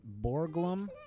Borglum